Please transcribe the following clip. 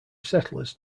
settlers